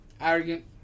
arrogant